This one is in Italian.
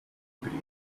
primi